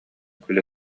күлэ